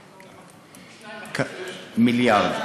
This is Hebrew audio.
2.5, מיליארד.